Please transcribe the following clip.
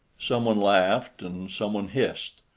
some one laughed, and some one hissed,